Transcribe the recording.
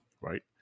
right